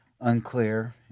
unclear